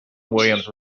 williams